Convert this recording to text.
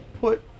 put